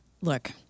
Look